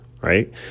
right